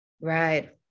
right